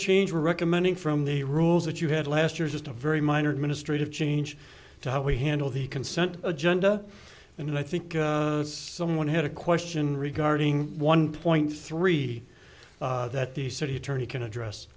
change we're recommending from the rules that you had last year is just a very minor administrative change to how we handle the consent agenda and i think someone had a question regarding one point three that the city attorney can address